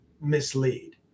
mislead